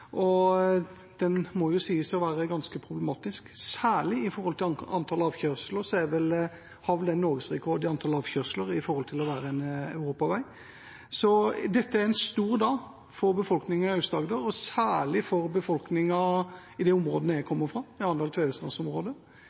innover. Den må sies å være ganske problematisk, – særlig når det gjelder antall avkjørsler, har den vel norgesrekord som europavei. Dette er en stor dag for befolkningen i Aust-Agder og særlig for befolkningen i det området jeg kommer fra,